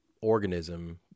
organism